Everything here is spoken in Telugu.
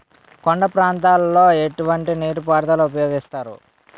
కొండ ప్రాంతాల్లో ఎటువంటి నీటి పారుదల ఉపయోగిస్తారు?